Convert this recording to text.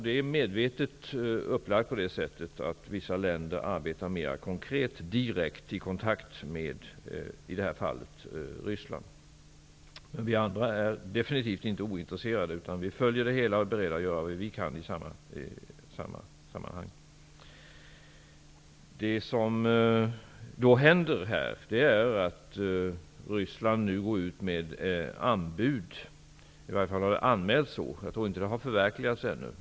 Det är medvetet upplagt på så sätt att vissa länder arbetar mer konkret i direkt kontakt, i detta fall med Ryssland. Vi andra är definitivt inte ointresserade, utan vi följer det hela och är beredda att göra vad vi kan i sammanhanget. Det som nu händer är att Ryssland går ut med anbud. I varje fall har man anmält att så skall ske. Jag tror inte att det har förverkligats ännu.